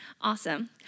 Awesome